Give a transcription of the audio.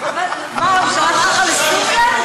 מה, הוא שלח אותך לסוריה?